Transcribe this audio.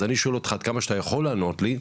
אז אני שואל אותך עד כמה שאתה יכול לענות לי,